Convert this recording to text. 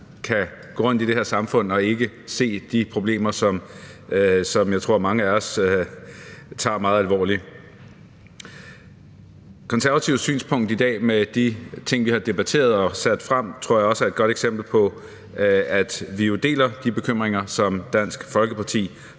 kan gå rundt i det her samfund og ikke se de problemer, som jeg tror at mange af os tager meget alvorligt. Konservatives synspunkt i dag – med de ting, vi har debatteret og lagt frem – tror jeg også er et godt eksempel på, at vi jo deler de bekymringer, som Dansk Folkeparti